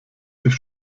sich